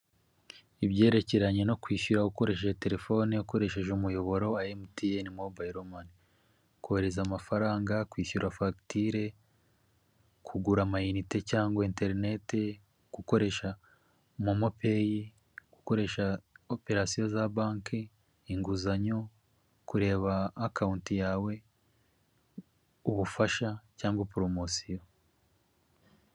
Ibyerekeranye no kwishyura ukoresheje telefone ukoresheje umuyoboro emutiyene mobayiro mani, kohereza amafaranga, kwishyura fagitire, kugura amayinite cyangwa interineti, gukoresha momopeyi, gukoresha operasiyo za banki, inguzanyo, kureba akawunti yawe, ubufasha cyangwa poromosiyo.